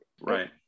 right